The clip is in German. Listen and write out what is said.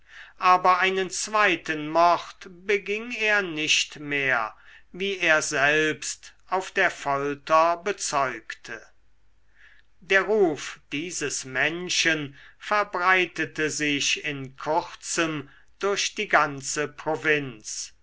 aber einen zweiten mord beging er nicht mehr wie er selbst auf der folter bezeugte der ruf dieses menschen verbreitete sich in kurzem durch die ganze provinz